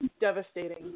devastating